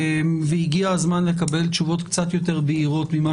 והגיע הזמן לקבל תשובות קצת יותר בהירות ממה